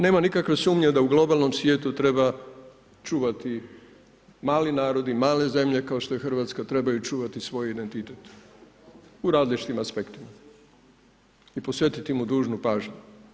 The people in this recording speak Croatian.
Nema nikakve sumnje da u globalno svijetu treba čuvati mali narod i male zemlje kao što je Hrvatska, trebaju čuvati svoj identitet u različitim aspektima i posvetiti mu dužnu pažnju.